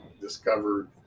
discovered